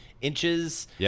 inches